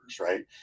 right